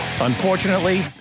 Unfortunately